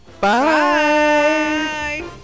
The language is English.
bye